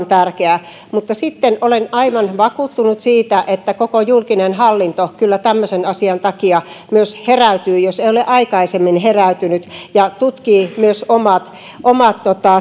tärkeää mutta sitten olen aivan vakuuttunut siitä että myös koko julkinen hallinto kyllä tämmöisen asian takia he räytyy jos ei ole aikaisemmin heräytynyt ja tutkii omat omat